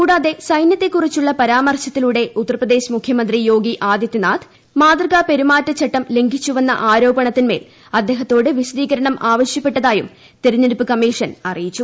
കൂടാതെ സൈന്യത്തെക്കുറിച്ചുള്ള പരാമർശത്തിലൂടെ ഉത്തർപ്രദേശ് മുഖ്യമന്ത്രി യോഗി ആദിത്യനാഥ് മാതൃകാ പെരുമാറ്റച്ചട്ടം ലംഘിച്ചുവെന്ന ആരോപണത്തിന്മേൽ അദ്ദേഹത്തോട് വിശദീകരണം ആവശ്യപ്പെട്ടതായും തിരഞ്ഞെടുപ്പ് കമ്മീഷൻ അറിയിച്ചു